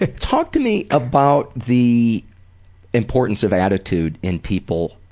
ah talk to me about the importance of attitude in people